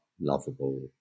lovable